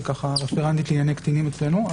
רפרנטית לענייני קטינים אצלנו,